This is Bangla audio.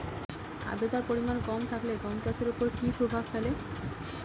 আদ্রতার পরিমাণ কম থাকলে গম চাষের ওপর কী প্রভাব ফেলে?